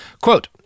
Quote